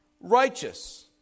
righteous